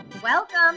Welcome